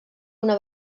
una